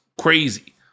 crazy